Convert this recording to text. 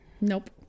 Nope